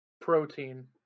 Protein